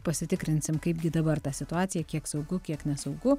pasitikrinsim kaipgi dabar ta situacija kiek saugu kiek nesunku